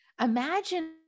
Imagine